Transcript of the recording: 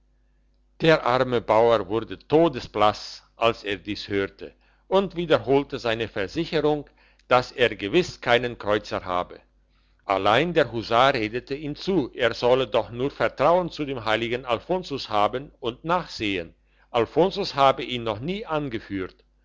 der arme bauer wurde todesblass als er dies hörte und wiederholte seine versicherung dass er gewiss keinen kreuzer habe allein der husar redete ihm zu er sollte doch nur vertrauen zu dem heiligen alfonsus haben und nachsehen alfonsus habe ihn noch nie angeführt